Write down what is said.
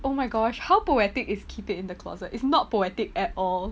oh my gosh how poetic is keep it in the closet is not poetic at all